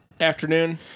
afternoon